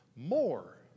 more